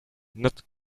not